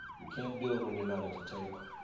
you can't do it when you're not at a table,